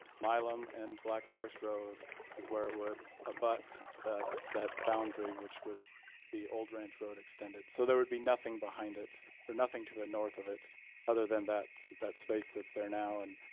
milam and black forest road where it would abut that that boundary, which would be old ranch road extended. so there would be nothing behind it or nothing to the north of it other than that that space that's there now. and